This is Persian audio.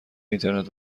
اینترنت